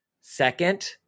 second